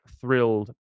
thrilled